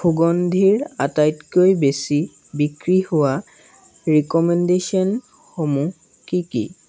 সুগন্ধিৰ আটাইতকৈ বেছি বিক্ৰী হোৱা ৰিক'মেণ্ডেশ্যনসমূহ কি কি